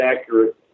accurate